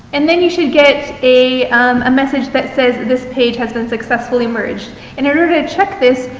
and then you should get a message that says this page has been successfully merged in order to check this,